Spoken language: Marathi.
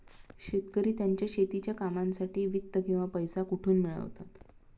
शेतकरी त्यांच्या शेतीच्या कामांसाठी वित्त किंवा पैसा कुठून मिळवतात?